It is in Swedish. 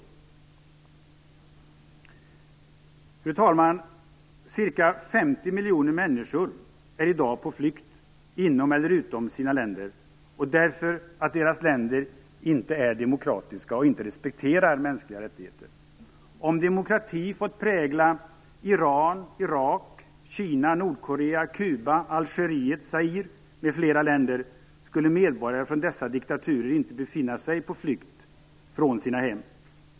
Fru talman! Ca 50 miljoner människor är i dag på flykt inom eller utom sina länder därför att deras länder inte är demokratiska och inte respekterar mänskliga rättigheter. Om demokratin fått prägla Iran, länder skulle medborgare från dessa diktaturer inte befinna sig på flykt från sina hem.